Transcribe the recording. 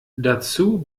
dazu